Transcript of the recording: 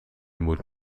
moet